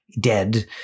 dead